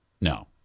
no